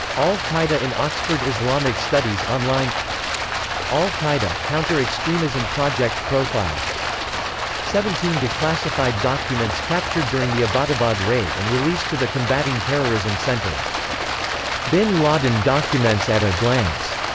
al-qaeda in oxford islamic studies online al-qaeda, counter extremism project profile seventeen de-classified documents captured during the abbottabad raid and released to the combating terrorism center bin laden documents at a glance.